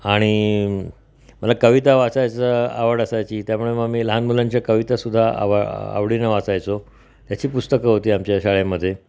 आणि मला कविता वाचायचं आवड असायची त्यामुळे मग मी लहान मुलांच्या कविता सुद्धा आव आवडीनं वाचायचो त्याची पुस्तकं होती आमच्या शाळेमध्ये